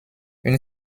une